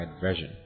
version